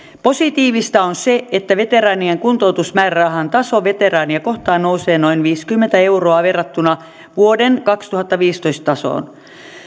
positiivista on se että veteraanien kuntoutusmäärärahan taso veteraania kohden nousee noin viisikymmentä euroa verrattuna vuoden kaksituhattaviisitoista tasoon